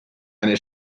eine